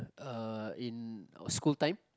uh in our school time